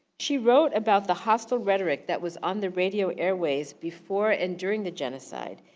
she wrote about the hostile rhetoric that was on the radio airways before and during the genocide,